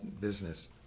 business